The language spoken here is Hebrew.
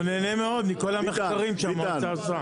הוא נהנה מאוד מכל המחקרים שהמועצה עושה.